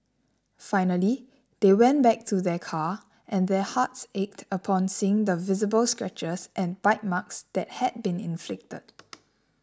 finally they went back to their car and their hearts ached upon seeing the visible scratches and bite marks that had been inflicted